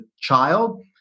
child